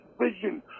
vision